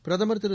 பிரதமர் திரு